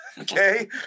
Okay